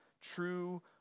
true